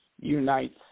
unites